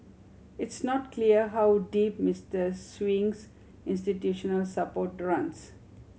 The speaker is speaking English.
it's not clear how deep Mister Sewing's institutional support runs